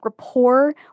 rapport